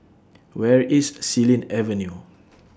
Where IS Xilin Avenue